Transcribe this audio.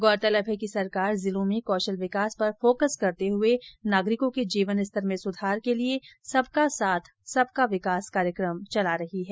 गौरतलब है कि सरकार जिलों में कौशल विकास पर फोकस करते हुए नागरिकों के जीवन स्तर में सुधार के लिए सबका साथ सबका विकास कार्यक्रम चला रही है